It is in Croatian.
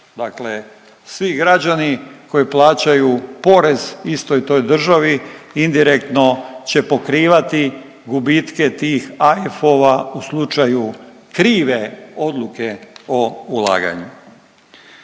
svi građani koji plaćaju porez istoj toj državi indirektno će pokrivati gubitke tih AIF-ova u slučaju krive odluke o ulaganju.